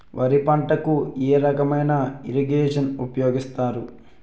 వరి పంటకు ఏ రకమైన ఇరగేషన్ ఉపయోగిస్తారు?